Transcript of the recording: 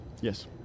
Yes